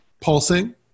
pulsing